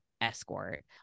escort